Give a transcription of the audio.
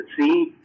see